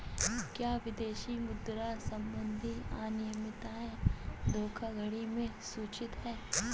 क्या विदेशी मुद्रा संबंधी अनियमितताएं धोखाधड़ी में सूचित हैं?